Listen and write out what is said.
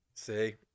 See